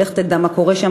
שלך תדע מה קורה שם.